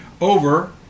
over